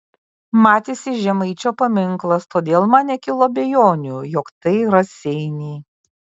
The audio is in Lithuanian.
matėsi žemaičio paminklas todėl man nekilo abejonių jog tai raseiniai